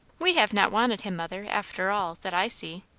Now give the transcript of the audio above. we have not wanted him, mother, after all, that i see.